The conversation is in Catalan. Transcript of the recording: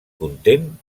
content